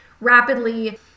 rapidly